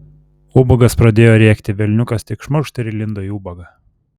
ubagas pradėjo rėkti velniukas tik šmurkšt ir įlindo į ubagą